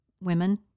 women